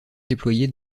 déployer